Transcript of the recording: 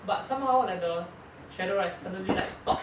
but somehow like the shadow right suddenly like stop